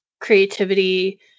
creativity